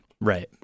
right